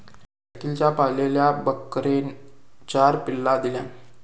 शकिलच्या पाळलेल्या बकरेन चार पिल्ला दिल्यान